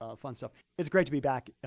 ah fun stuff. it's great to be back